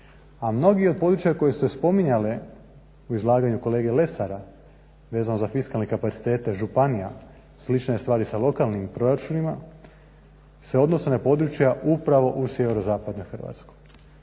A mnoga od područja koja su se spominjala u izlaganju kolege Lesara vezano za fiskalne kapacitete županija slična je stvar i sa lokalnim proračunima se odnose na područja upravo u sjeverozapadnoj Hrvatskoj.